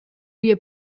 your